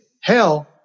hell